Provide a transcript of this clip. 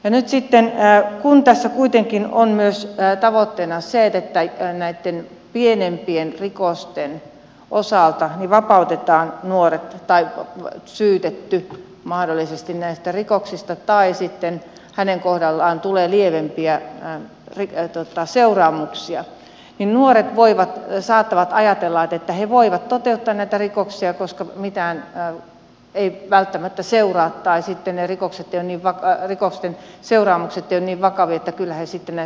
ja nyt sitten jää kun tässä kuitenkin on myös tavoitteena se että näitten pienempien rikosten osalta mahdollisesti vapautetaan syytetty näistä rikoksista tai sitten hänen kohdallaan tulee lievempiä seuraamuksia ja nuoret saattavat ajatella että he voivat toteuttaa näitä rikoksia koska mitään ei välttämättä seuraa tai sitten ne rikosten seuraamukset eivät ole niin vakavia